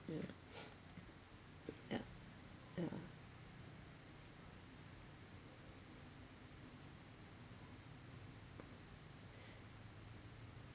ya yup yeah